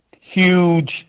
huge